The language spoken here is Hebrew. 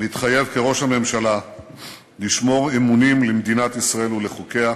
מתחייב כראש הממשלה לשמור אמונים למדינת ישראל ולחוקיה,